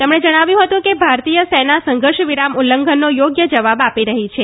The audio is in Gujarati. તેમણે જણાવ્યું હતું કે ભારતીય સેના સંઘર્ષ વિરામ લ્લંઘનનો થોગ્ય જવાબ આ ી રહી છે